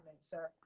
sir